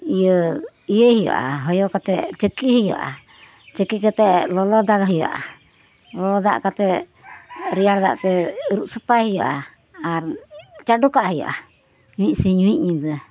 ᱤᱭᱟᱹ ᱤᱭᱟᱹᱭ ᱦᱩᱭᱩᱜᱟ ᱦᱚᱭᱚ ᱠᱟᱛᱮ ᱪᱟᱹᱠᱤᱭ ᱦᱩᱭᱩᱜᱼᱟ ᱪᱟᱹᱠᱤ ᱠᱟᱛᱮ ᱞᱚᱞᱚᱫᱟᱜ ᱦᱩᱭᱩᱜᱼᱟ ᱞᱚᱞᱚ ᱫᱟᱜ ᱠᱟᱛᱮ ᱨᱮᱭᱟᱲ ᱫᱟᱜ ᱛᱮ ᱟᱹᱨᱩᱵ ᱥᱟᱯᱷᱟᱭ ᱦᱩᱭᱩᱜᱼᱟ ᱟᱨ ᱪᱟᱰᱳ ᱠᱟᱜ ᱦᱩᱭᱩᱜᱼᱟ ᱢᱤᱫ ᱥᱤᱧ ᱢᱤᱫ ᱧᱤᱫᱟᱹ